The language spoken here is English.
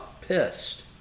pissed